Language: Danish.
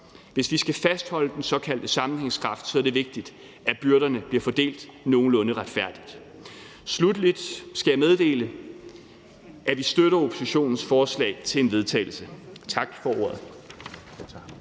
Hvis vi skal fastholde den såkaldte sammenhængskraft, er det vigtigt, at byrderne bliver fordelt nogenlunde retfærdigt. Sluttelig skal jeg meddele, at vi støtter oppositionens forslag til vedtagelse. Tak for ordet.